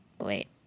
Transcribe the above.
Wait